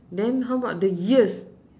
then how about the ears